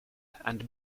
and